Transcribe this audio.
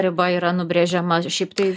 riba yra nubrėžiama šiaip tai